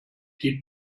die